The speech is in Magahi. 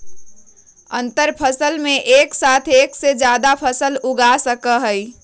अंतरफसल में एक साथ एक से जादा फसल उगा सका हई